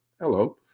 hello